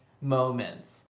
moments